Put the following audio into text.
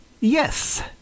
Yes